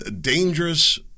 dangerous